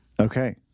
Okay